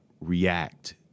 react